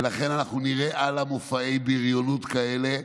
ולכן, אנחנו נראה הלאה מופעי בריונות כאלה.